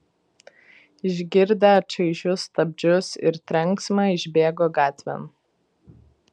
išgirdę čaižius stabdžius ir trenksmą išbėgo gatvėn